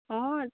অ